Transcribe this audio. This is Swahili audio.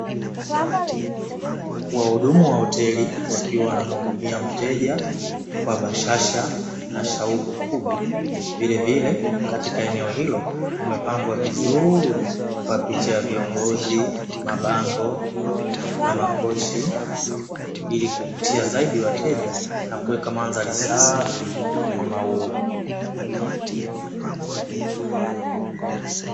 Wahudumu wa hoteli, wakiwa wanamuhudumia mteja kwa bashasha na shauku kubwa, vilevile katika eneo hilo kumepambwa vizuri kwa picha ya viongozi, mabango na makochi ili kuvutia zaidi wateja na kuweka mndhari safi yenye maua.